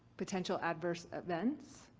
potential adverse events